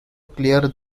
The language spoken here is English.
clear